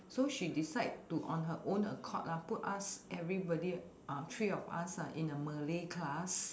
so she decide to on her own accord lah put us everybody uh three of us ah in a malay class